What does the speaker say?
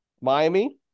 Miami